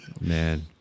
man